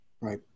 Right